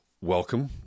Welcome